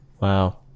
Wow